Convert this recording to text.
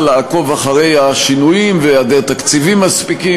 לעקוב אחרי השינויים והיעדר תקציבים מספיקים.